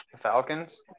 Falcons